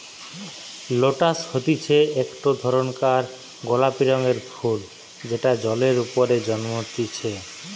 lotus হতিছে একটো ধরণকার গোলাপি রঙের ফুল যেটা জলের ওপরে জন্মতিচ্ছে